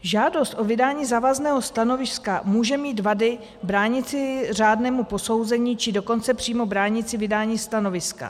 Žádost o vydání závazného stanoviska může mít vady bránící řádnému posouzení, či dokonce přímo bránící vydání stanoviska.